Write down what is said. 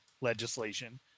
legislation